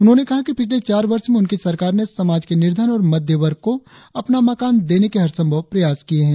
उन्होंने कहा कि पिछले चार वर्ष में उनकी सरकार ने समाज के निर्धन और मध्यवर्ग को अपना मकान देने के हरसंभव प्रयास किए है